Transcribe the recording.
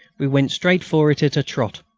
we went straight for it at a trot.